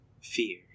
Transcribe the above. fear